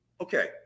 Okay